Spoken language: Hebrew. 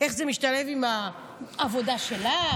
אין זה משתלב עם העבודה שלך,